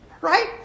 Right